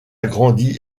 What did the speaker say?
grandi